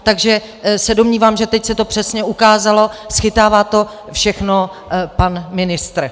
Takže se domnívám, že teď se to přesně ukázalo, schytává to všechno pan ministr.